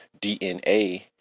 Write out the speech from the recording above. DNA